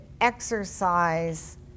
exercise